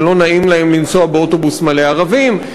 שלא נעים להם לנסוע באוטובוס מלא ערבים,